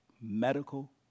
medical